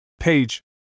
Page